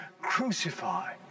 crucify